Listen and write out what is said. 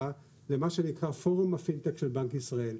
למה שנקרא "פורום הפינטק של בנק ישראל".